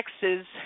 Texas